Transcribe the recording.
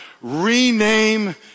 Rename